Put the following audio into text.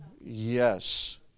Yes